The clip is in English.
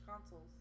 consoles